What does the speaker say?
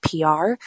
pr